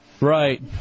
Right